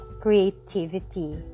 creativity